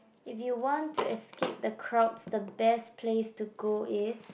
if you want to escape the crowds the best place to go is